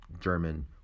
german